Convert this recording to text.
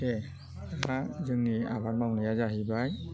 दे हा जोंनि आबाद मावनाया जाहैबाय